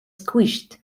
squished